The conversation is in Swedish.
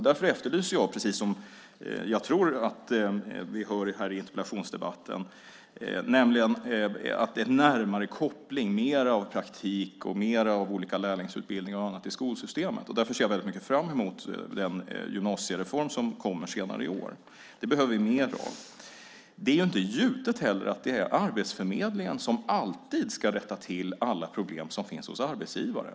Därför efterlyser jag, precis som jag tror att vi hör i interpellationsdebatten här, en närmare koppling, mer av praktik och mer av olika lärlingsutbildningar och annat i skolsystemet. Därför ser jag väldigt mycket fram emot den gymnasiereform som kommer senare i år. Detta behöver vi mer av. Det är inte heller givet att det är Arbetsförmedlingen som alltid ska rätta till alla problem som finns hos arbetsgivare.